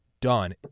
done